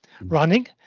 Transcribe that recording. running